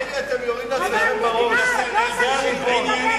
אתה יורה לעצמך בראש, כי זה הריבון.